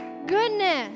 goodness